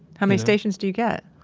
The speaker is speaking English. how many stations do you get?